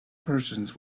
persons